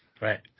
Right